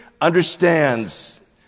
understands